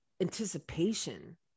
anticipation